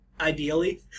ideally